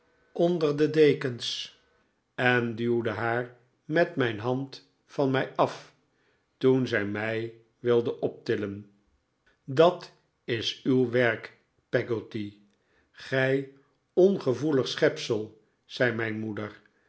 onder de dekens en duwde haar met mijn hand van mij af toen zij mij wilde optillen dat is uw werk peggotty gij ongevoelig schepsel zei mijn moeder